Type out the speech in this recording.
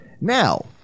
Now